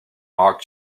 mark